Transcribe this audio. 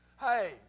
hey